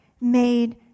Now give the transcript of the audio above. made